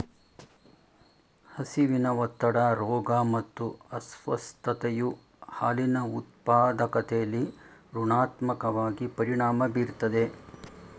ಹಸಿವಿನ ಒತ್ತಡ ರೋಗ ಮತ್ತು ಅಸ್ವಸ್ಥತೆಯು ಹಾಲಿನ ಉತ್ಪಾದಕತೆಲಿ ಋಣಾತ್ಮಕವಾಗಿ ಪರಿಣಾಮ ಬೀರ್ತದೆ